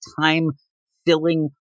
time-filling